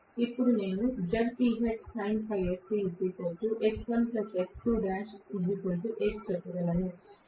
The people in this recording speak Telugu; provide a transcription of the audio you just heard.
ఇప్పుడు నేను చెప్పగలను